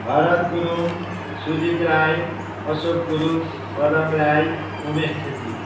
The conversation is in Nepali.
भारत गुरुङ सुजित राई अशोक गुरुङ पदम राई उमेश छेत्री